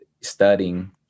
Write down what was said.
studying